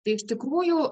tai iš tikrųjų